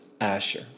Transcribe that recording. Asher